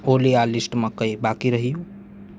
ઓલી આ લિસ્ટમાં કંઈ બાકી રહ્યું